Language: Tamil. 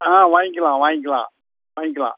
ஆ வாங்கிக்கலாம் வாங்கிக்கலாம் வாங்கிக்கலாம்